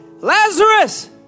Lazarus